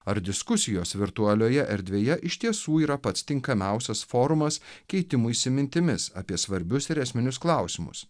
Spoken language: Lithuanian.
ar diskusijos virtualioje erdvėje iš tiesų yra pats tinkamiausias forumas keitimuisi mintimis apie svarbius ir esminius klausimus